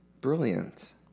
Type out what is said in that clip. brilliant